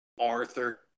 Arthur